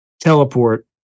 teleport